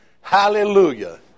Hallelujah